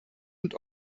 und